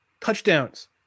touchdowns